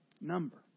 number